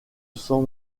cent